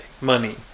Money